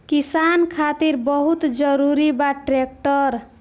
किसान खातिर बहुत जरूरी बा ट्रैक्टर